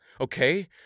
Okay